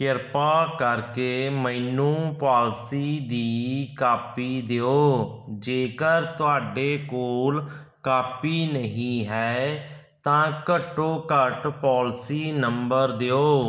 ਕਿਰਪਾ ਕਰਕੇ ਮੈਨੂੰ ਪਾਲਿਸੀ ਦੀ ਕਾਪੀ ਦਿਓ ਜੇਕਰ ਤੁਹਾਡੇ ਕੋਲ ਕਾਪੀ ਨਹੀਂ ਹੈ ਤਾਂ ਘੱਟੋ ਘੱਟ ਪਾਲਿਸੀ ਨੰਬਰ ਦਿਓ